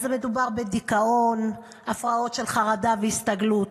מדובר בדיכאון, בהפרעות של חרדה והסתגלות.